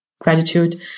gratitude